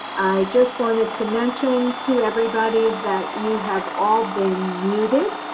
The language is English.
just wanted to mention to everybody that you have all been muted